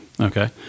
Okay